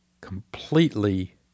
completely